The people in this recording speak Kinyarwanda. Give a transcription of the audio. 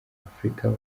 afurika